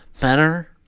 better